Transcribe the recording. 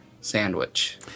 sandwich